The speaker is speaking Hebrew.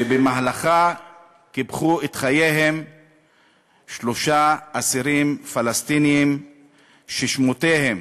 ובמהלכה קיפחו את חייהם שלושה אסירים פלסטינים ששמותיהם